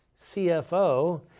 cfo